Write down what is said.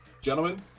Gentlemen